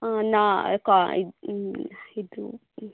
ನಾ ಕಾ ಇದು ಇದು